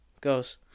goes